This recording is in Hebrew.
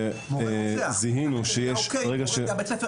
במזרח ירושלים -- שזה בית הספר